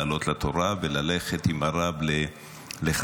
לעלות לתורה וללכת עם הרב לחדרו.